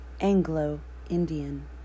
Anglo-Indian